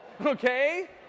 Okay